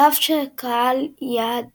על אף שקהל היעד